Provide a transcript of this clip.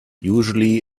usually